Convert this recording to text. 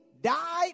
died